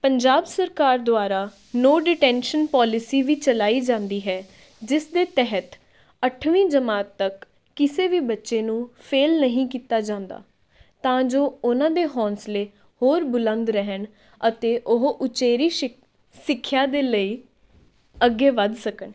ਪੰਜਾਬ ਸਰਕਾਰ ਦੁਆਰਾ no detention policy ਵੀ ਚਲਾਈ ਜਾਂਦੀ ਹੈ ਜਿਸ ਦੇ ਤਹਿਤ ਅੱਠਵੀਂ ਜਮਾਤ ਤੱਕ ਕਿਸੇ ਵੀ ਬੱਚੇ ਨੂੰ ਫੇਲ ਨਹੀਂ ਕੀਤਾ ਜਾਂਦਾ ਤਾਂ ਜੋ ਉਹਨਾਂ ਦੇ ਹੌਸਲੇ ਹੋਰ ਬੁਲੰਦ ਰਹਿਣ ਅਤੇ ਉਹ ਉਚੇਰੀ ਸਿਖ ਸਿੱਖਿਆ ਦੇ ਲਈ ਅੱਗੇ ਵਧ ਸਕਣ